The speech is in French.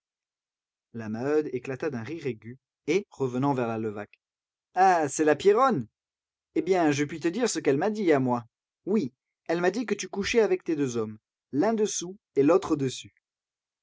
la maheude éclata d'un rire aigu et revenant vers la levaque ah c'est la pierronne eh bien je puis te dire ce qu'elle m'a dit à moi oui elle m'a dit que tu couchais avec tes deux hommes l'un dessous et l'autre dessus